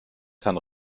kann